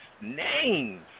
names